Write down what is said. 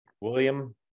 William